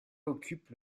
occupe